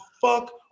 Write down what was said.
fuck